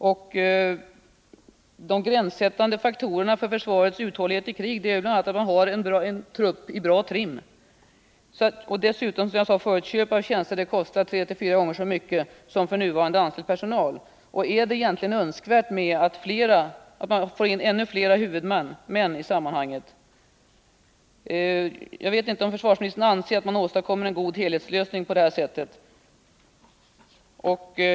Tillde gränssättande faktorerna i vad gäller försvarets uthållighet i krig hör truppens fysiska trim. Dessutom kostar, som jag sade förut, köp av tjänster tre till fyra gånger utgiften för nu anställd personal. Är det egentligen önskvärt att få in ännu fler huvudmän i detta sammanhang? Jag vet inte om försvarsministern anser att man åstadkommer en god helhetslösning på det sättet.